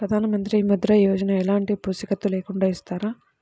ప్రధానమంత్రి ముద్ర యోజన ఎలాంటి పూసికత్తు లేకుండా ఇస్తారా?